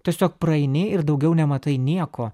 tiesiog praeini ir daugiau nematai nieko